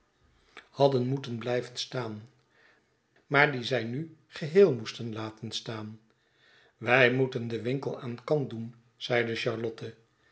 kon het geblijven staan maar die zij nu geheel moesten laten staan wij moeten den winkel aan kant doen zeide charlotte